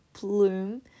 bloom